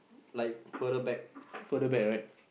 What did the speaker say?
further back right